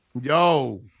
Yo